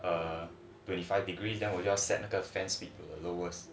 err twenty five degrees then 我就要 set 那个 fan speed to the lowest